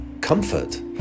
comfort